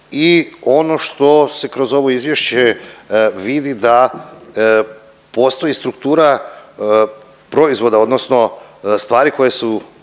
i ono što se kroz ovo izvješće vidi da postoji struktura proizvoda odnosno stvari koje su